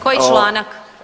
Koji članak?